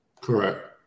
correct